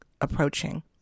approaching